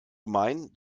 gemein